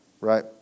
right